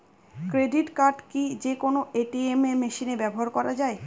Credit card কি যে কোনো এ.টি.এম মেশিনে ব্যবহার করা য়ায়?